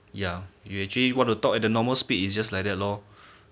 ya you actually you wanna talk at the normal speed you just like that lor